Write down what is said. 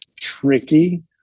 tricky